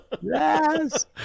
Yes